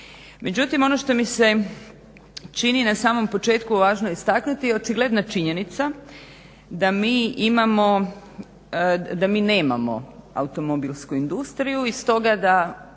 Međutim, ono što mi se čini na samom početku važno istaknuti je očigledna činjenica da mi nemamo automobilsku industriju i stoga ta